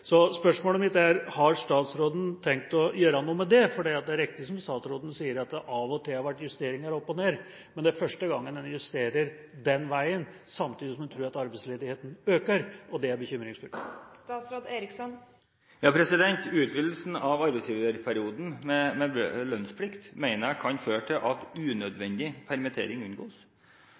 Så spørsmålet mitt er: Har statsråden tenkt å gjøre noe med det? For det er riktig som statsråden sier, at det av og til har vært justeringer opp og ned, men det er første gangen en justerer den veien, samtidig som en tror at arbeidsledigheten øker, og det er bekymringsfullt. Utvidelsen av arbeidsgiverperioden med lønnsplikt mener jeg kan føre til at unødvendig permittering unngås.